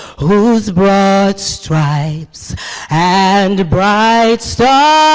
whose broad stripes and bright stars